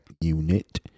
unit